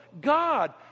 God